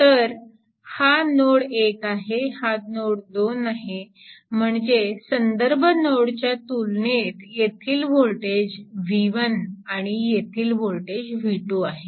तर हा नोड 1आहे हा नोड 2आहे म्हणजे संदर्भ नोडच्या तुलनेत येथील वोल्टेज V1 आणि येथील वोल्टेज V2 आहे